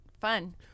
Fun